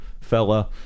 fella